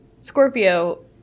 Scorpio